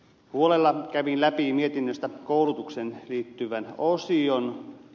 huolella kävin läpi mietinnöstä koulutukseen liittyvän osion